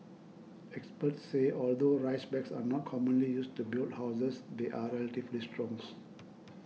experts say although rice bags are not commonly used to build houses they are relatively strong